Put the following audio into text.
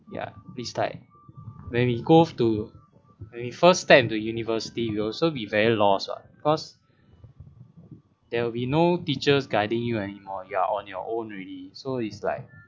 ya beside when we go to when we first step into university will also be very lost what cause there will be no teachers guiding you anymore you're on your own already so it's like